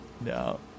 No